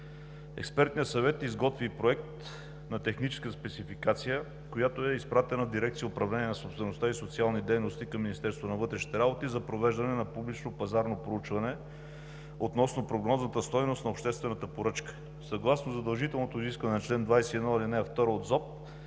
Експертният съвет изготви проект на техническа спецификация, която е изпратена в дирекция „Управление на собствеността и социални дейности“ към Министерството на вътрешните работи, за провеждане на публично-пазарно проучване относно прогнозната стойност на обществената поръчка. Съгласно задължителното изискване в чл. 21, ал. 2 от ЗОП